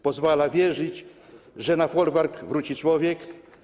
Pozwala wierzyć, że na folwark wróci człowiek.